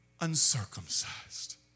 uncircumcised